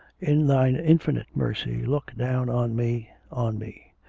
in thine infinite mercy look down on me, on me!